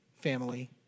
family